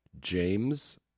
James